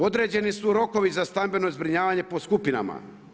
Određeni su rokovi za stambeno zbrinjavanje po skupinama.